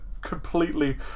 completely